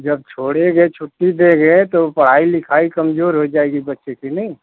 जब छोड़ेगे छुट्टी देंगे तो पढ़ाई लिखाई कमज़ोर हो जाएगी बच्चे की नहीं